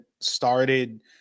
started